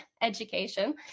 education